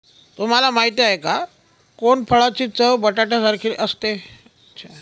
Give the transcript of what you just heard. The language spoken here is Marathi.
तुम्हाला माहिती आहे का? कोनफळाची चव बटाट्यासारखी असते